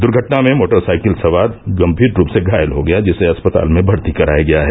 द्र्घटना में मोटरसाइकिल सवार गम्भीर रूप से घायल हो गया जिसे अस्पताल में भर्ती कराया गया है